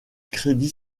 crédit